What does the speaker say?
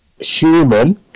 human